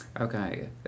Okay